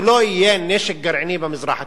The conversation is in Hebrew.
שלא יהיה נשק גרעיני במזרח התיכון.